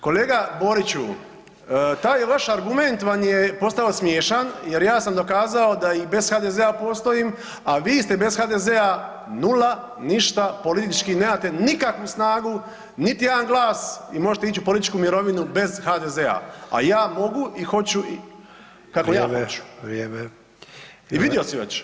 Kolega Boriću, taj vaš argument vam je postao smiješan jer ja sam dokazao da i bez HDZ postojim, a vi ste bez HDZ-a nula, ništa, politički nemate nikakvu snagu, niti jedan glas i možete ići u političku mirovinu bez HDZ-a, a ja mogu i hoću kako ja hoću [[Upadica: Vrijeme, vrijeme]] I vidio si već.